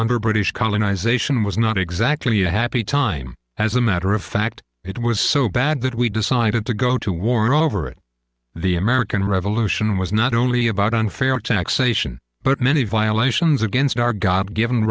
colonisation was not exactly a happy time as a matter of fact it was so bad that we decided to go to war over it the american revolution was not only about unfair taxation but many violations against our god given